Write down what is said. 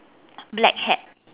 black hat